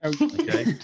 Okay